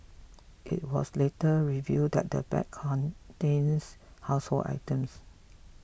it was later revealed that the bag contained household items